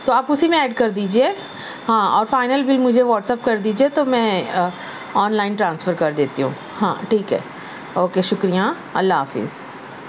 تو آپ اسی میں ایڈ کر دیجیے ہاں اور فائنل بل مجھے واٹس ایپ کر دیجیے تو میں آن لائن ٹرانسفر کر دیتی ہوں ہاں ٹھیک ہے او کے شکریہ اللہ حافظ